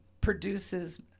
produces